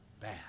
bad